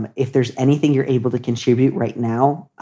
and if there's anything you're able to contribute right now,